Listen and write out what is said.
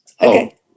Okay